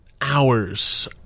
hours